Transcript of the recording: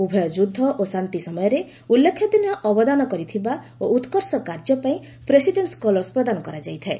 ଉଭୟ ଯୁଦ୍ଧ ଓ ଶାନ୍ତି ସମୟରେ ଉଲ୍ଲେଖନୀୟ ଅବଦାନ କରିଥିବା ଓ ଉତ୍କର୍ଷ କାର୍ଯ୍ୟ ପାଇଁ ପ୍ରେସିଡେଣ୍ଟସ୍ କଲର୍ସ ପ୍ରଦାନ କରାଯାଇଥାଏ